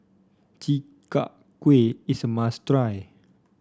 Chi Kak Kuih is a must try